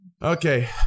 Okay